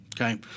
Okay